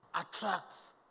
Attracts